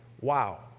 Wow